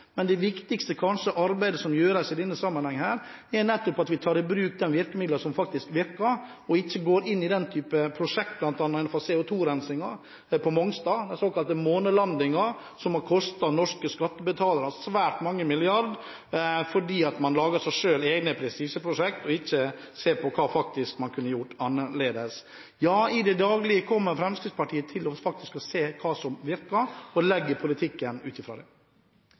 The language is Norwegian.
Men det kanskje viktigste arbeidet som gjøres i denne sammenhengen, er at vi tar i bruk de virkemidlene som faktisk virker, at vi ikke går inn for den type prosjekter som bl.a. CO2-rensing og den såkalte månelandingen på Mongstad, som har kostet norske skattebetalere svært mange milliarder, fordi man har laget egne prestisjeprosjekt og ikke har sett på hva man faktisk kunne ha gjort annerledes. Ja, i det daglige kommer Fremskrittspartiet faktisk til å se hva som virker og legger opp politikken ut ifra det.